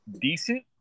decent